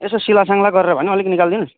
यसो सिला साङ्ला गरेर भए नि अलिकति निकाल्दे न